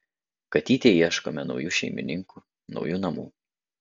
katytei ieškome naujų šeimininkų naujų namų